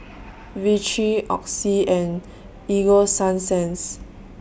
Vichy Oxy and Ego Sunsense